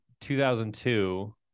2002